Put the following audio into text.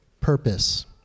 purpose